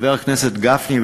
חבר הכנסת גפני,